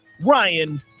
Ryan